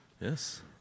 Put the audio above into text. Yes